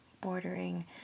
bordering